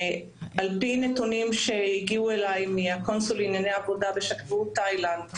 על פי נתונים שהגיעו אליי מהקונסול לענייני עבודה בשגרירות תאילנד,